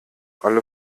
alle